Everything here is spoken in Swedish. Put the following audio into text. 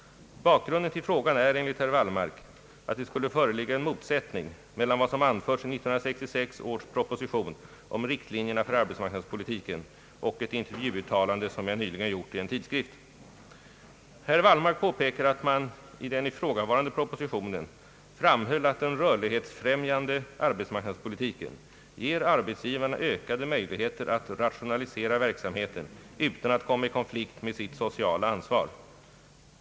Bakgrunden till frågan är enligt herr Wallmark att det skulle föreligga en motsättning mellan vad som anförts i 1966 års proposition om riktlinjerna för arbetsmarknadspolitiken och ett intervjuuttalande som jag nyligen gjort i en tidskrift. Herr Wallmark påpekar att man i den ifrågavarande propositionen framhöll att den rörlighetsfrämjande arbetsmarknadspolitiken ger arbetsgivarna ökade möjligheter att rationalisera verksamheten utan att komma i konflikt med sitt sociala ansvar.